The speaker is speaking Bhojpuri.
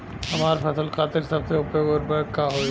हमार फसल खातिर सबसे उपयुक्त उर्वरक का होई?